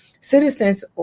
citizens